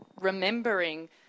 remembering